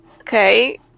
Okay